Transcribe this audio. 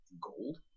gold